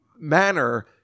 manner